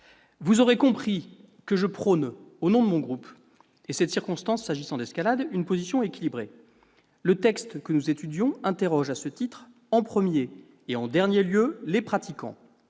Vous aurez compris que je prône au nom de mon groupe- c'est de circonstance s'agissant d'escalade -une position équilibrée. Le texte que nous étudions interroge à ce titre, en premier et en dernier lieu, les pratiquants.